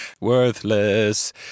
worthless